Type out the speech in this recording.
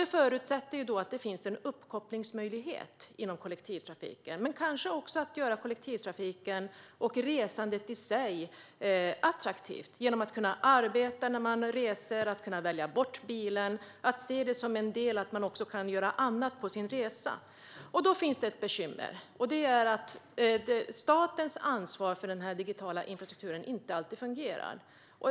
Det förutsätter att det finns en uppkopplingsmöjlighet inom kollektivtrafiken men kanske också att man gör kollektivtrafiken och resandet i sig attraktivt, så att människor kan arbeta när de reser, att de kan välja bort bilen och att de kan göra annat på sin resa. Då finns det ett bekymmer med att statens ansvar för denna digitala infrastruktur inte alltid fungerar.